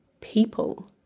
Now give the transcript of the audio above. people